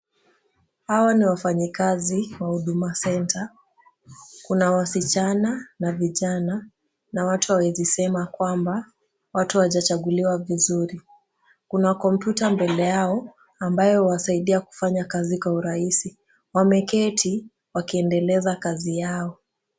Hawa ni wafanyikazi wa huduma center, kuna wasichana na vijana na watu hawawezi sema kwamba watu hawajachaguliwa vizuri. Kuna kompiuta mbele yao ambayo huwasaidia kufanya kazi kwa urahisi, wameketi wakiendeleza kazi yao.